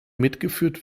mitgeführt